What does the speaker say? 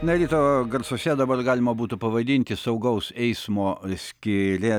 na ryto garsuose dabar galima būtų pavadinti saugaus eismo skyreliu